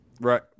Right